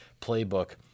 playbook